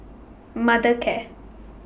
Mothercare